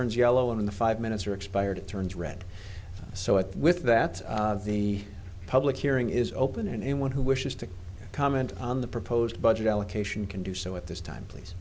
turns yellow and in the five minutes or expired it turns red so with that the public hearing is open and anyone who wishes to comment on the proposed budget allocation can do so at this time pl